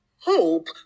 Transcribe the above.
hope